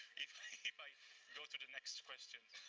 if if i go to the next question.